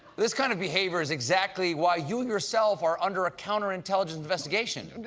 this kind of behavior is exactly why you, yourself, are under a counterintelligence investigation.